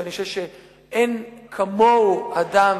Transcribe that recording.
שאני חושב שאין כמוהו אדם